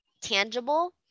tangible